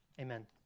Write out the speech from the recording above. Amen